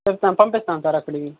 సరే సార్ పంపిస్తున్నాను సార్ అక్కడికి